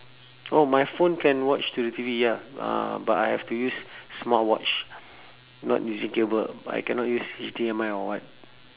oh my phone can watch to the T_V ya uh but I have to use smart watch not using cable I cannot use H_D_M_I or what